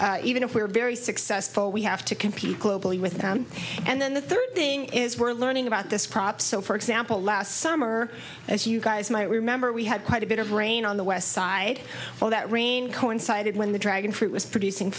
philippines even if we're very successful we have to compete globally with them and then the third thing is we're learning about this prop so for example last summer as you guys might remember we had quite a bit of rain on the west side well that rain coincided when the dragon fruit was producing